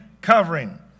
covering